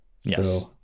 Yes